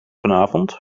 vanavond